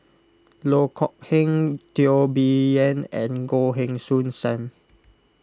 Loh Kok Heng Teo Bee Yen and Goh Heng Soon Sam